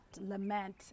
lament